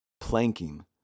Planking